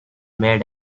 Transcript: made